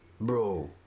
Bro